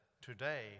Today